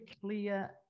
clear